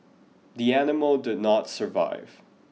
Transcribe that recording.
the animal did not survive